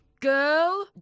Girl